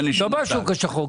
לא שוק שחור.